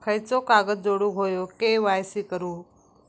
खयचो कागद जोडुक होयो के.वाय.सी करूक?